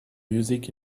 music